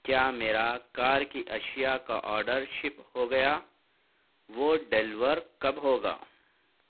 کیا میرا کار کی اشیاء کا آڈر شپ ہو گیا وہ ڈیلور کب ہوگا